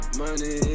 money